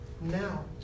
Now